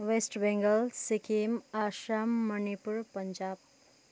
West Bengal Sikkim Assam Manipur Punjab